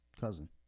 cousin